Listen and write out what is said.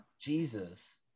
jesus